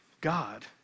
God